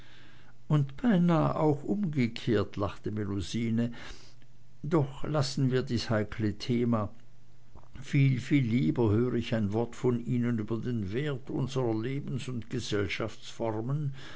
und beinah auch umgekehrt lachte melusine doch lassen wir dies heikle thema viel viel lieber hör ich ein wort von ihnen über den wert unsrer lebens und gesellschaftsformen